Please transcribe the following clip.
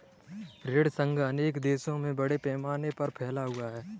ऋण संघ अनेक देशों में बड़े पैमाने पर फैला हुआ है